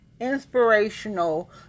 inspirational